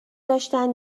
داشتن